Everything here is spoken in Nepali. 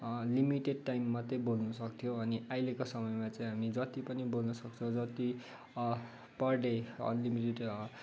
लिमिटेड टाइम मात्र बोल्नु सक्थ्यौँ अनि अहिलेको समयमा चाहिँ हामी जति पनि बोल्नुसक्छौँ जति पर डे अनलिमिटेड